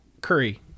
curry